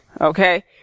Okay